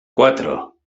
cuatro